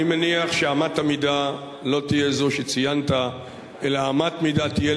אני מניח שאמת המידה לא תהיה זאת שציינת אלא אמת המידה תהיה,